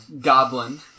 goblin